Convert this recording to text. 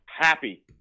Happy